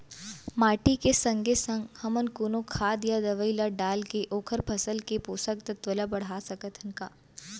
माटी के संगे संग हमन कोनो खाद या दवई ल डालके ओखर फसल के पोषकतत्त्व ल बढ़ा सकथन का?